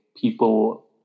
people